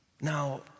Now